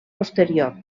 posterior